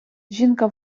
жінка